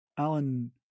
Alan